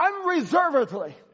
unreservedly